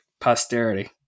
posterity